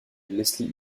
leslie